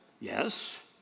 Yes